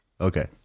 okay